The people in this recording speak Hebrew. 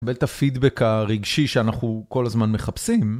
ואת הפידבק הרגשי שאנחנו כל הזמן מחפשים.